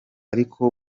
ariko